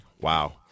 Wow